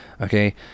Okay